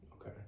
Okay